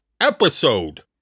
episode